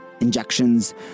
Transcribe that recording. injections